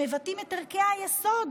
שמבטאות את ערכי היסוד,